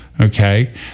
okay